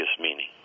meaning